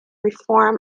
reform